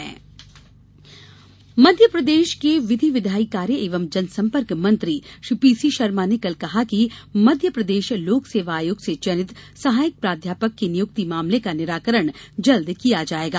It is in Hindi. सहायक प्राध्यापक नियुक्ति मध्यप्रदेश के विधि विधायी कार्य एवं जनसंपर्क मंत्री पी सी शर्मा ने कल कहा कि मध्यप्रदेश लोक सेवा आयोग से चयनित सहायक प्राध्यापक की नियुक्ति मामले का निराकरण जल्द किया जायेगा